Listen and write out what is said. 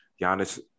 Giannis